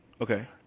okay